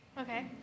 Okay